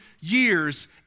years